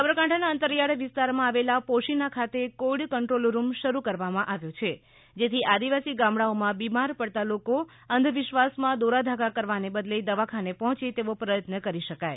સાબરકાંઠાના અંતરિયાળ વિસ્તારમાં આવેલા પોશીના ખાતે કોવિડ કંટ્રોલ રૂમ શરૂ કરવામાં આવ્યો છે જેથી આદિવાસી ગામડાઓમાં બીમાર પડતાં લોકો અંધવિસવાસમાં દોરાધાગા કરવાને બદલે દવાખાને પહોંચે તેવો પ્રયત્ન કરી શકાય